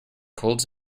colds